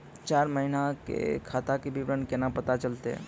चार महिना के खाता के विवरण केना पता चलतै?